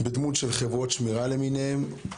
בדמות של חברות שמירה למיניהן.